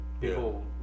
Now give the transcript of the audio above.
People